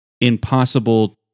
Impossible